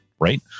Right